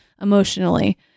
emotionally